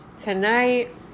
Tonight